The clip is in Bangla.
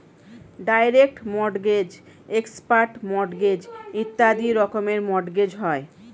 ডাইরেক্ট মর্টগেজ, এক্সপার্ট মর্টগেজ ইত্যাদি রকমের মর্টগেজ হয়